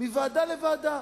מוועדה לוועדה.